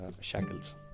shackles